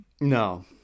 No